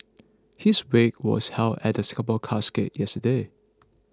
his wake was held at Singapore Casket yesterday